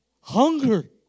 Hunger